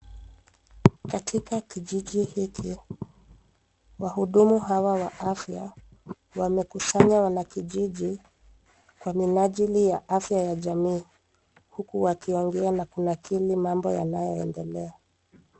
Katika kijiji hiki, wahudumu hawa wa afya wamekusanya wanakijiji kwa minajili ya afya ya jamii huku wakiongea na kunakili mambo yanayoendelea.